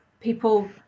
people